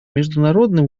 международный